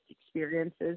experiences